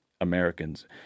Americans